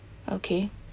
okay